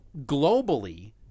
globally